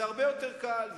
זה הרבה יותר קל,